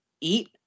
Eat